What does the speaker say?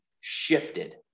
shifted